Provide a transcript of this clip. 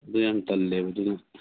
ꯑꯗꯨ ꯌꯥꯝ ꯇꯜꯂꯦꯕ ꯑꯗꯨꯅ